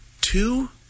two